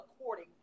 according